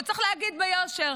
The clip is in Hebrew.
וצריך להגיד ביושר,